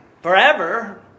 forever